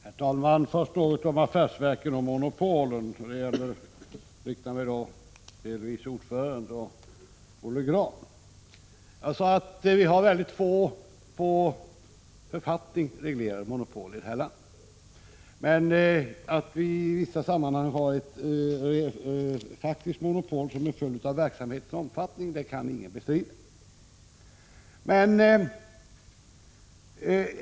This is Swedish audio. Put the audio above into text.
Herr talman! Först några ord om affärsverken och monopolen, främst riktade till utskottets vice ordförande och till Olle Grahn. Jag sade att vi har mycket få författningsreglerade monopol i vårt land. Att vi i vissa sammanhang har ett faktiskt monopol, till följd av omfattningen av den verksamhet som affärsverken bedriver, kan dock ingen bestrida.